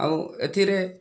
ଆଉ ଏଥିରେ